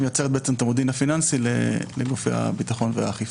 המודיעין הפיננסי לגופי הביטחון והאכיפה.